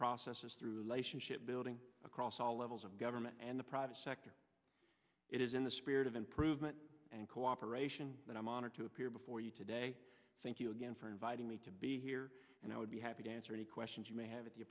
processes through elation shipbuilding across all levels of government and the private sector it is in the spirit of improvement and cooperation but i'm honored to appear before you today thank you again for inviting me to be here and i would be happy to answer any questions you may have at the